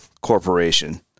Corporation